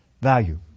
value